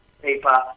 paper